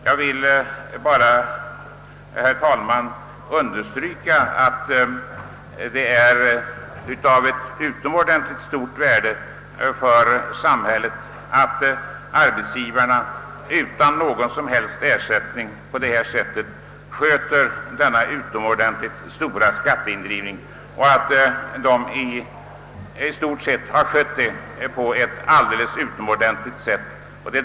Jag vill, herr talman, understryka att det är av ett utomordentligt stort värde för samhället att arbetsgivarna utan någon som helst ersättning sköter denna synnerligen omfattande skatteindrivning, i stort sett på ett alldeles utmärkt sätt.